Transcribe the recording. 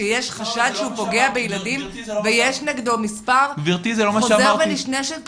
כשיש חשד שהוא פוגע בילדים ויש נגדו מספר חוזר ונשנה של תלונות?